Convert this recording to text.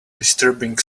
disturbing